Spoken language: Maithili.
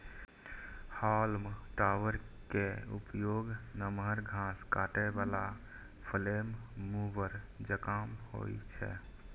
हाल्म टॉपर के उपयोग नमहर घास काटै बला फ्लेम मूवर जकां होइ छै